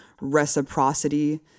reciprocity